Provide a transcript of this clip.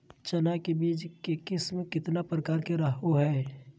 चना के बीज के किस्म कितना प्रकार के रहो हय?